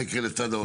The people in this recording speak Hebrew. מה יקרה להוצאות?